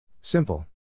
Simple